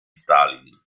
stalin